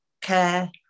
care